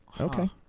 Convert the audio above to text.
Okay